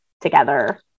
together